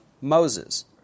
Moses